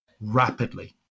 rapidly